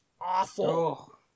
awful